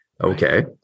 Okay